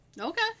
Okay